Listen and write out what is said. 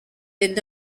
did